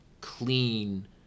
clean